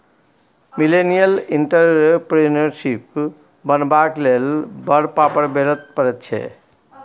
millennial entrepreneurship बनबाक लेल बड़ पापड़ बेलय पड़ैत छै